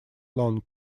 long